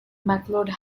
macleod